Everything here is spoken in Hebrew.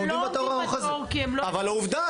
הם לא עומדים בתור כי הם לא --- אבל עובדה,